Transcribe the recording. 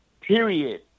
period